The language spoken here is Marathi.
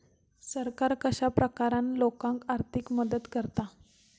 सरकार कश्या प्रकारान लोकांक आर्थिक मदत करता?